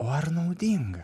o ar naudinga